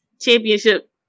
championship